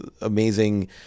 amazing